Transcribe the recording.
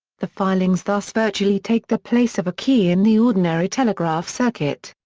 the filings thus virtually take the place of a key in the ordinary telegraph circuit.